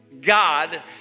God